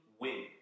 win